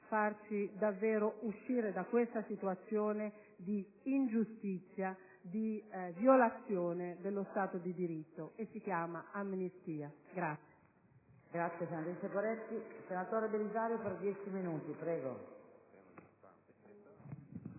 farci uscire da questa situazione di ingiustizia, di violazione dello Stato di diritto: si chiama amnistia.